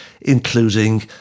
including